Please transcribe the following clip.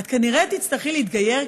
את כנראה תצטרכי להתגייר,